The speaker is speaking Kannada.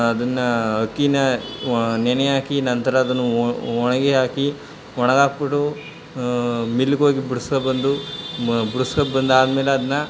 ಅದನ್ನು ಅಕ್ಕಿನಾ ನೆನೆ ಹಾಕಿ ನಂತರ ಅದನ್ನು ಒಣಗಿ ಹಾಕಿ ಒಣಗ್ಹಾಕ್ಬಿಟ್ಟು ಮಿಲ್ಲಿಗೋಗಿ ಬಿಡಿಸ್ಕೋಬಂದು ಮ ಬಿಡಿಸ್ಕೋಬಂದಾದ್ಮೇಲೆ ಅದನ್ನು